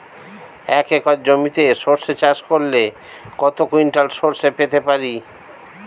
এক একর জমিতে সর্ষে চাষ করলে কত কুইন্টাল সরষে পেতে পারি?